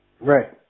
Right